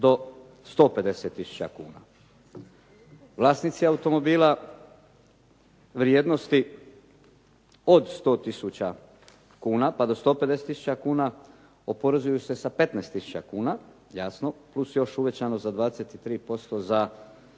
do 150 tisuća kuna. Vlasnici automobila vrijednosti od 100 tisuća kuna pa do 150 tisuća oporezuju se sa 15 tisuća kuna, jasno plus još uvećanost za 23% za